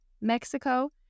Mexico